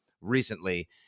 recently